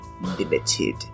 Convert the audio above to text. limited